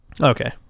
okay